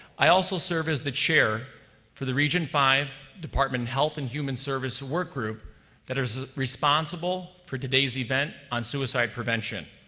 i also serve as the chair for the region five department of health and human service work group that is responsible for today's event on suicide prevention.